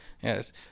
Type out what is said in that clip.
Yes